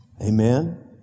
Amen